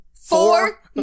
Four